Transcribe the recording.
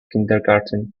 kindergarten